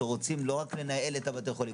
שרוצים לא רק לנהל את בתי החולים.